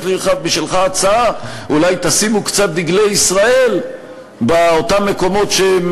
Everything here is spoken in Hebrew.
יש לי בשבילך הצעה: אולי תשימו קצת דגלי ישראל באותם מקומות שהם,